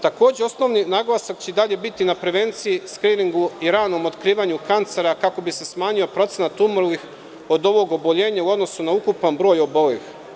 Takođe, osnovni naglasak će i dalje biti na prevenciji, skriningu i ranom otkrivanju kancera, kako bi se smanjio procenat umrlih od ovog oboljenja u odnosu na ukupan broj obolelih.